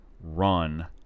run